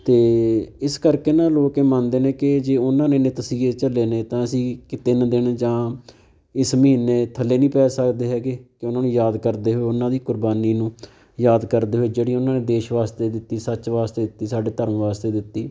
ਅਤੇ ਇਸ ਕਰਕੇ ਨਾ ਲੋਕ ਇਹ ਮੰਨਦੇ ਨੇ ਕਿ ਜੇ ਉਹਨਾਂ ਨੇ ਐਨੇ ਤਸੀਹੇ ਝੱਲੇ ਨੇ ਤਾਂ ਅਸੀਂ ਤਿੰਨ ਦਿਨ ਜਾਂ ਇਸ ਮਹੀਨੇ ਥੱਲੇ ਨਹੀਂ ਪੈ ਸਕਦੇ ਹੈਗੇ ਕਿ ਉਹਨਾਂ ਨੂੰ ਯਾਦ ਕਰਦੇ ਹੋਏ ਉਹਨਾਂ ਦੀ ਕੁਰਬਾਨੀ ਨੂੰ ਯਾਦ ਕਰਦੇ ਹੋਏ ਜਿਹੜੀ ਉਹਨਾਂ ਨੇ ਦੇਸ਼ ਵਾਸਤੇ ਦਿੱਤੀ ਸੱਚ ਵਾਸਤੇ ਦਿੱਤੀ ਸਾਡੇ ਧਰਮ ਵਾਸਤੇ ਦਿੱਤੀ